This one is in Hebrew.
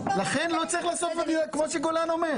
לכן לא צריך לעשות כמו שגולן אומר.